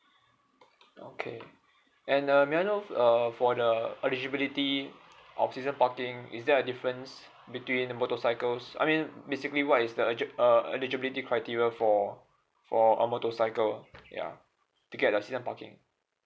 okay and uh may I know err for the eligibility of season parking is there a difference between the motorcycles I mean basically why is the uh err eligibility criteria for for a motorcycle ya to get a season parking